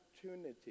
opportunity